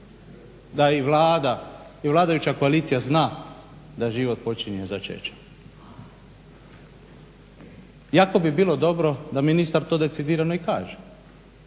je i Vlada i vladajuća koalicija zna da život počinje začećem. Iako bi bilo dobro da ministar to decidirano i kaže.